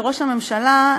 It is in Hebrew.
לראש הממשלה,